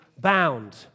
bound